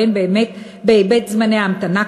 והן בהיבט זמני ההמתנה,